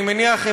אני מניח,